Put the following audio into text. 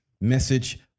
message